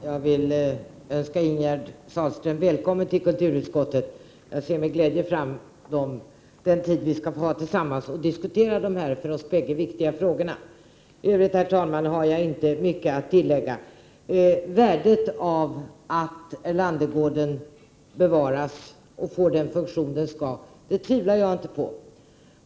Herr talman! Jag vill önska Ingegerd Sahlström välkommen till kulturutskottet. Jag ser med glädje fram emot den tid vi skall få tillsammans för att diskutera dessa för oss båda viktiga frågor. I övrigt, herr talman, har jag inte mycket att tillägga. Värdet av att Erlandergården bevaras och får den funktion den skall ha tvivlar jag inte på.